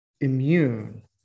immune